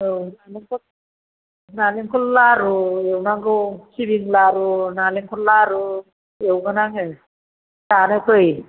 औ नालेंखर नालेंखर लारु एवनांगौ सिबं लारु नालेंखर लारु एवगोन आङो जानो फै